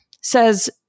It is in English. says